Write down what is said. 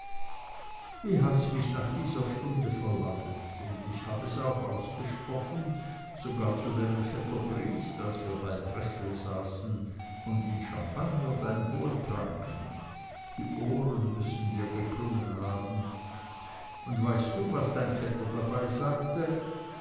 wie hat's mich nach dieser stunde verlangt und hab es auch ausgesprochen sogar zu deinem vetter briest als wir bei dressel saßen und in champagner dein wohl tranken die ohren müssen dir geklungen haben und weißt du was dein vetter dabei sagte